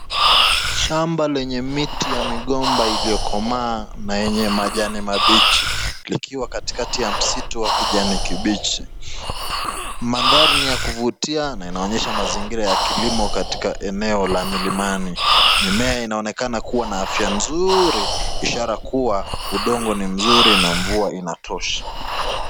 Shamba lenye miti ya migomba iliyokomaa na yenye majani mabichi likiwa katikati ya msitu wa kijani kibichi. Mandhari ni ya kuvutia na inaonyesha mazingira ya kilimo katika eneo la milimani. Mimea inaonekana kuwa na afya nzuri ishara kuwa udongo ni mzuri na mvua inatosha.